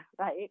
right